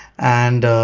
and